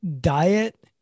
diet